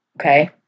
Okay